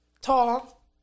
Tall